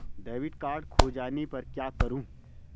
Debit card खो जाने पर क्या करूँ?